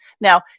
Now